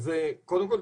קודם כל,